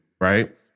right